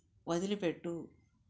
వదిలిపెట్టు